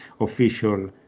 official